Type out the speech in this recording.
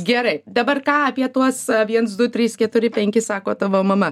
gerai dabar ką apie tuos viens du trys keturi penki sako tavo mama